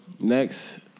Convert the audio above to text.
next